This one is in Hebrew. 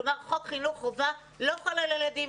כלומר, חוק חינוך חובה לא חל על הילדים.